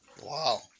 Wow